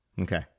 Okay